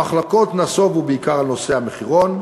המחלוקות נסבו בעיקר על נושא המחירון,